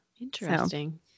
Interesting